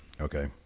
Okay